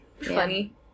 Funny